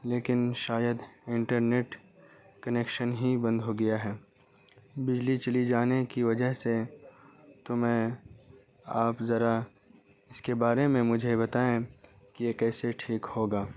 لیکن شاید internet connection ہی بند ہو گیا ہے بجلی چلی جانے کی وجہ سے تو میں آپ ذرا اس کے بارے میں مجھے بتائیں کہ یہ کیسے ٹھیک ہوگا